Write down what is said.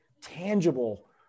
tangible